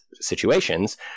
situations